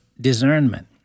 discernment